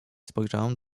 spojrzałem